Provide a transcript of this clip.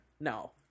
no